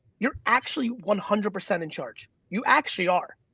you're actually one hundred percent in charge, you actually are.